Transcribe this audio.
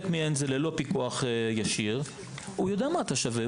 מהן הן ללא פיקוח ישיר הוא יודע מה אתה שווה,